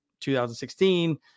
2016